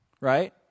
right